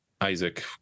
Isaac